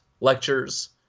lectures